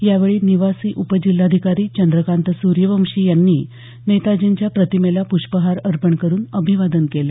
यावेळी निवासी उपजिल्हाधिकारी चंद्रकांत सूर्यवंशी यांनी नेताजींच्या प्रतिमेला प्ष्पहार अर्पण करून अभिवादन केलं